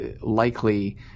likely